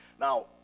Now